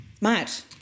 Matt